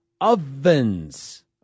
Ovens